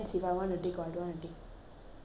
it's too late already you know